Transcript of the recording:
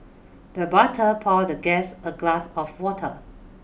the butter poured the guest a glass of water